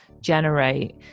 generate